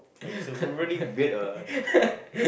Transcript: like is really weird ah